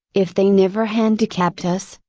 if they never handicapped us,